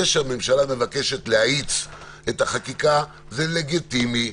זה שהממשלה מבקשת להאיץ את החקיקה זה לגיטימי,